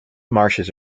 marshes